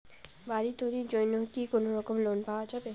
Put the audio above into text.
বাড়ি তৈরির জন্যে কি কোনোরকম লোন পাওয়া যাবে?